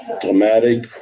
dramatic